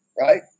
Right